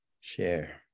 share